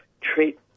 treat